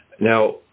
Now